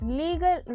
legal